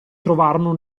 trovarono